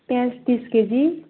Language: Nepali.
प्याज तिस केजी